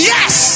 Yes